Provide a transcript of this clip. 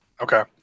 Okay